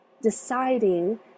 deciding